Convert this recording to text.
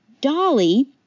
Dolly